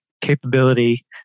capability